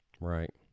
Right